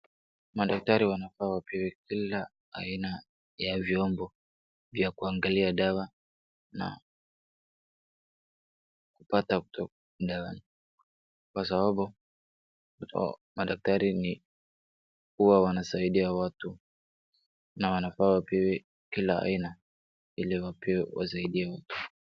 Madaktari wanafaa wapewe kila aina ya vyombo vya kuangalia dawa na kupata dawa kwa sababu madaktari huwa wanasaidia watu na wanafaa wapewe kila aina ili wasaidie watu